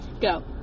go